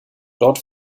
dort